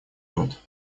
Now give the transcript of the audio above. год